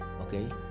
okay